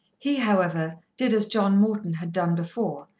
he, however, did as john morton had done before,